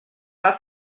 pas